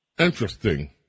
interesting